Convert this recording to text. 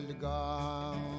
God